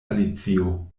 alicio